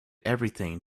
everything